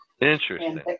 Interesting